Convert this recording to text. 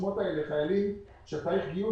הרשימה מספרי זיהוי שלא קיימים,